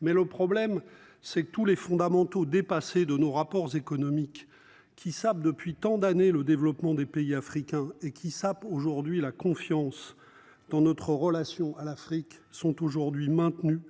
Mais le problème c'est que tous les fondamentaux dépassé de nos rapports économiques qui savent depuis tant d'années, le développement des pays africains et qui sapent aujourd'hui la confiance. Dans notre relation à l'Afrique sont aujourd'hui maintenu